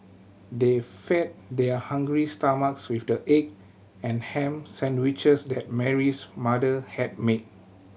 they fed their hungry stomachs with the egg and ham sandwiches that Mary's mother had made